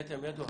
ידוע,